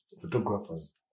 photographers